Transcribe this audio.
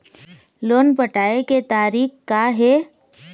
Loan पटाए के तारीख़ का हे?